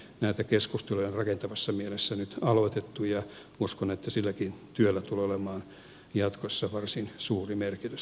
näitä keskusteluja on rakentavassa mielessä nyt aloitettu ja uskon että silläkin työllä tulee olemaan jatkossa varsin suuri merkitys